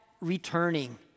returning